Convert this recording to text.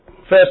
first